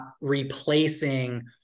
replacing